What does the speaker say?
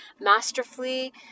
masterfully